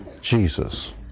Jesus